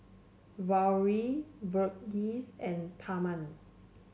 Gauri Verghese and Tharman